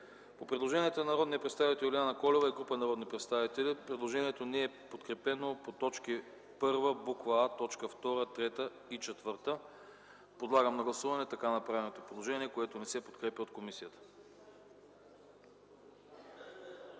По предложенията на народния представител Юлиана Колева и група народни представители – предложението не е подкрепено по т. 1, буква „а”, точки 2, 3 и 4. Подлагам на гласуване така направеното предложение, което не се подкрепя от комисията.